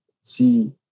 see